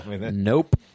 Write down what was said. nope